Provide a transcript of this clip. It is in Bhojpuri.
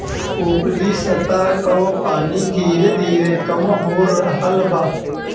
ऊपरी सतह कअ पानी धीरे धीरे कम हो रहल बा